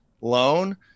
loan